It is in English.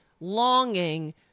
longing